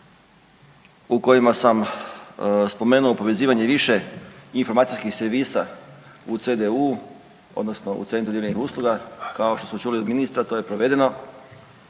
u kojima sam spomenuo povezivanje više informacijskih servisa u CDU, odnosno u Centru ujedinjenih usluga. Kao što smo čuli od ministra to je provedeno